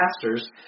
pastors